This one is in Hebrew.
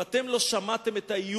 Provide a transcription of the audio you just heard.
אם אתם לא שמעתם את האיום,